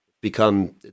become